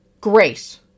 Great